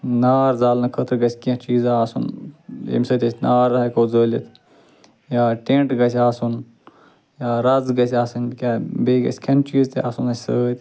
نار زالنہٕ خٲطرٕ گَژھہِ کیٚنٛہہ چیٖزہ آسُن ییٚمہِ سۭتۍ أسۍ نار ہیٚکو زٲلِتھ یا ٹیٚنٛٹ گَژھہِ آسُن یا رَز گَژھہِ آسٕنۍ کیٛاہ بیٚیہِ گَژھہِ کھیٚنہٕ چیٖز تہِ آسُن اسہِ سۭتۍ